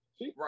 Right